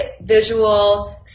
visual